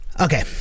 Okay